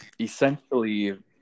essentially